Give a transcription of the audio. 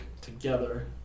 together